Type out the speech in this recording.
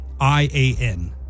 I-A-N